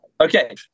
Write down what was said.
Okay